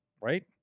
right